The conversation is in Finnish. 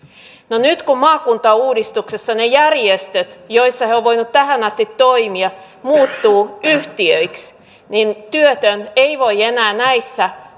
no nyt kun maakuntauudistuksessa ne järjestöt joissa he ovat voineet tähän asti toimia muuttuvat yhtiöiksi niin työtön ei voi enää näissä